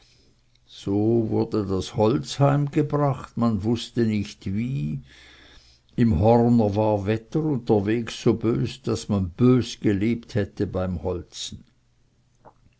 so wurde das holz heimgebracht man wußte nicht wie und im horner war wetter und weg so bös daß man bös gelebt hätte beim holzen